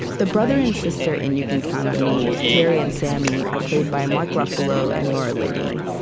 the brother and sister in you can count on me terry and sammy are played by mark ruffalo and laura linney.